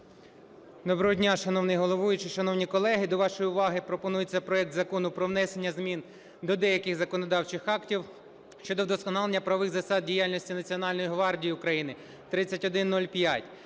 Доброго дня, шановний головуючий! Шановні колеги, до вашої уваги пропонується проект Закону про внесення змін до деяких законодавчих актів щодо вдосконалення правових засад діяльності Національної гвардії України (3105).